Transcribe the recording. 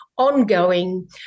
Ongoing